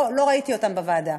לא ראיתי אותם בוועדה.